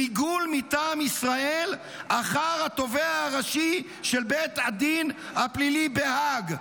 ריגול מטעם ישראל אחר התובע הראשי של בית הדין הפלילי בהאג.